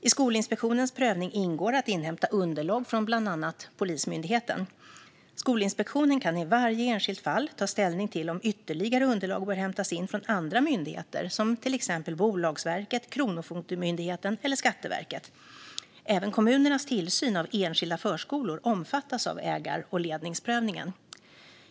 I Skolinspektionens prövning ingår att inhämta underlag från bland annat Polismyndigheten. Skolinspektionen kan i varje enskilt fall ta ställning till om ytterligare underlag bör hämtas in från andra myndigheter, till exempel Bolagsverket, Kronofogdemyndigheten eller Skatteverket. Även kommunernas tillsyn av enskilda förskolor omfattas av ägar och ledningsprövningen.